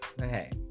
Okay